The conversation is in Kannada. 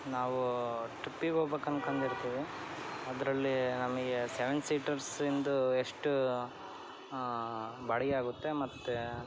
ನಾವು ಟ್ರಿಪ್ಪಿಗೆ ಹೋಗ್ಬೇಕು ಅಂದ್ಕೊಂಡಿರ್ತೀವಿ ಅದರಲ್ಲಿ ನಮಗೆ ಸೆವೆನ್ ಸೀಟರ್ಸಿಂದು ಎಷ್ಟು ಬಾಡಿಗೆ ಆಗುತ್ತೆ ಮತ್ತೆ